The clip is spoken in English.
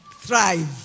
thrive